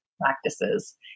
practices